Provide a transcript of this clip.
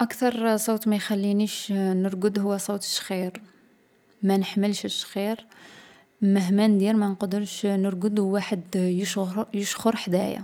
أكثر صوت ما يخلينيش نرقد هو صوت الشخير. ما نحملش الشخير. مهما ندير ما نقدرش نرقد و واحد يشخـ يشخر حدايا.